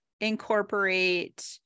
incorporate